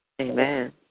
Amen